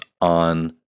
on